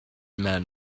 men